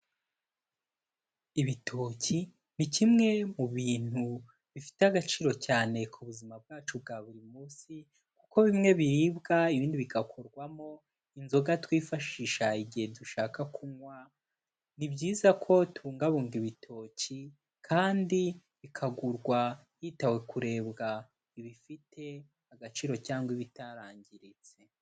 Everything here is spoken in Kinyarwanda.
Ibitoki ni kimwe mu bintu bifite agaciro cyane ku buzima bwacu bwa buri munsi kuko bimwe biribwa ibindi bigakorwamo inzoga twifashisha igihe dushaka kunywa, ni byiza ko tubungabunga ibitoki kandi bikagurwa hitawe kurebwa ibifite agaciro cyangwa ibitarangiritse.